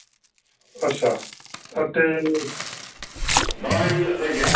अच्छा हां ते